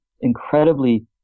incredibly